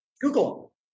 google